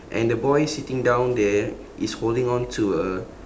and the boy sitting down there is holding on to a